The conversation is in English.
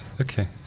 okay